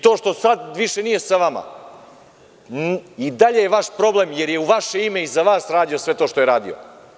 To što sada više nije sa vama i dalje je vaš problem, jer je u vaše ime i za vas radio sve to što je radio.